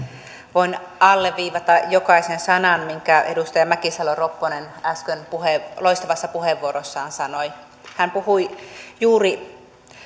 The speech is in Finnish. voin alleviivata jokaisen sanan minkä edustaja mäkisalo ropponen äsken loistavassa puheenvuorossaan sanoi hän puhui juuri